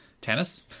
Tennis